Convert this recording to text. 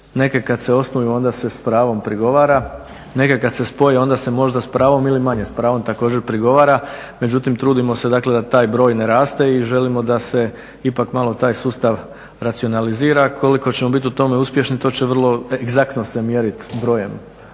neke kada se osnuju onda se s pravom prigovara, neke kada se spoju onda se možda s pravom ili manje s pravom također prigovara međutim trudimo se da taj broj ne raste i želimo da se ipak malo taj sustav racionalizira. Koliko ćemo u tome biti uspješni to će se vrlo egzaktno se mjeriti brojem